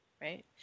right